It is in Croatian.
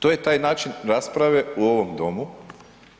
To je taj način rasprave u ovom domu